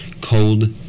cold